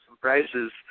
prices